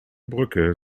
brücke